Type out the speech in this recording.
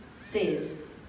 says